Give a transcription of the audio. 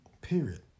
Period